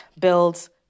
builds